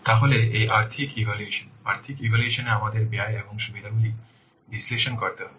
তাহলে এই আর্থিক ইভ্যালুয়েশন আর্থিক ইভ্যালুয়েশন এ আমাদের ব্যয় এবং সুবিধাগুলি বিশ্লেষণ করতে হবে